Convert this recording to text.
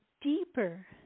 deeper